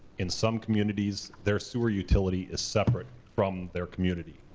in some communities their sewer utility is separate from their community.